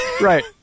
Right